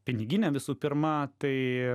pinigine visų pirma tai